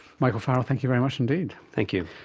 michael farrell, thank you very much indeed. thank you.